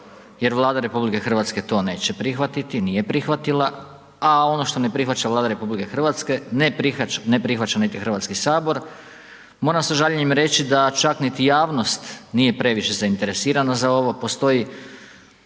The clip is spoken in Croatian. jer Vlada RH to neće prihvatiti, nije prihvatila, a ono što ne prihvaća Vlada RH ne prihvaća niti Hrvatski sabor. Moram sa žaljenjem reći da čak niti javnost nije previše zainteresirana za ovo, postoji